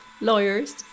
lawyers